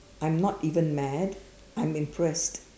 I'm not even mad I'm impressed